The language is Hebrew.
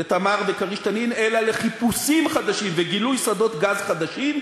"תמר" ו"כריש" "תנין" אלא לחיפושים חדשים וגילוי שדות גז חדשים,